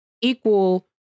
equal